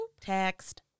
text